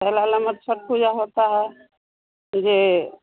पहल लंबर छठ पूजा होता है जे